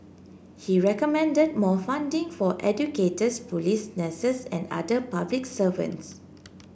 he recommended more funding for educators police nurses and other public servants